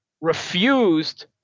refused